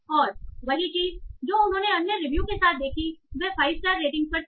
और वही चीज़ जो उन्होंने अन्य रिव्यू के साथ देखी वह फाइव स्टार रेटिंग पर थी